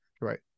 right